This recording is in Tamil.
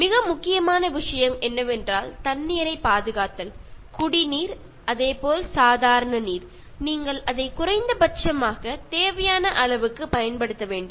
மிக முக்கியமான விஷயம் என்னவென்றால் தண்ணீரைப் பாதுகாத்தல் குடிநீர் அதே போல் சாதாரண நீர் நீங்கள் அதை குறைந்தபட்சமாக தேவையான அளவுக்கு பயன்படுத்த வேண்டும்